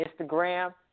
Instagram